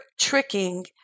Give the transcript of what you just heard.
tricking